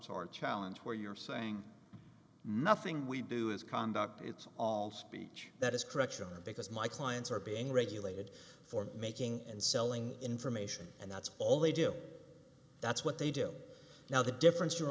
hallenge where you're saying nothing we do is conduct it's all speech that is correction and because my clients are being regulated for making and selling information and that's all they do that's what they do now the difference your